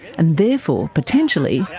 and therefore, potentially,